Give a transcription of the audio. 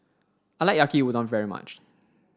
I like Yaki Udon very much